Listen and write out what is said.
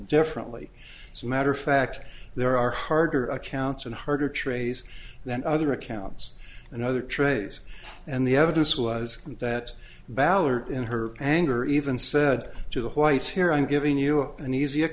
differently as a matter of fact there are harder accounts and harder to raise than other accounts in other trades and the evidence was that ballard in her anger even said to the whites here i'm giving you an easy